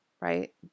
Right